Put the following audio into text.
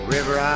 River